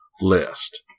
list